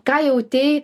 ką jautei